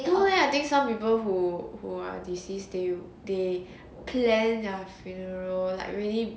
no leh I think some people who who are deceased they they okay leh their funeral like really